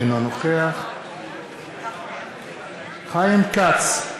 אינו נוכח חיים כץ,